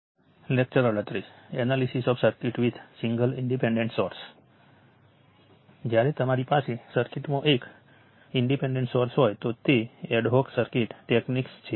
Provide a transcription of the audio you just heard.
આ યુનિટમાં આપણે નોડલ એનાલિસિસ ઉપર ધ્યાન આપીશું જે સર્કિટનું એનાલિસિસ કરવાની વ્યવસ્થિત રીતોમાંની એક છે